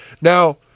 Now